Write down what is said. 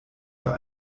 für